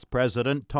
President